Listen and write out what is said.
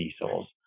diesels